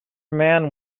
man